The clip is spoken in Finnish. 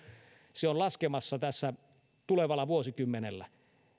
se on laskemassa tässä tulevalla vuosikymmenellä